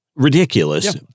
Ridiculous